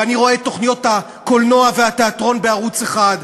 ואני רואה את תוכניות הקולנוע והתיאטרון בערוץ 1,